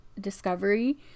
discovery